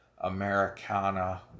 Americana